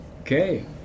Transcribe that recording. Okay